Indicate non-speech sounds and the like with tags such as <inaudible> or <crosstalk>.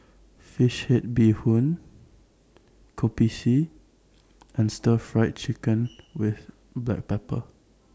Fish Head Bee Hoon Kopi C and Stir Fried Chicken <noise> with Black Pepper